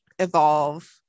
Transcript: evolve